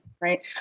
Right